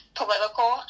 political